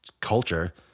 culture